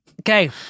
Okay